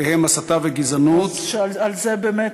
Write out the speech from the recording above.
והם: הסתה וגזענות, על זה באמת